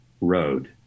road